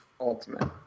ultimate